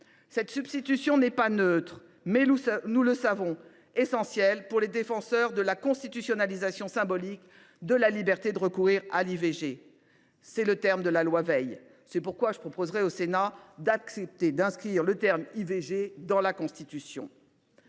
Cette substitution n’est pas neutre : nous savons qu’elle est essentielle pour les défenseurs de la constitutionnalisation symbolique de la liberté de recourir à l’IVG, car c’est le terme de la loi Veil. C’est pourquoi je proposerai au Sénat d’accepter d’inscrire le terme « IVG » dans la Constitution.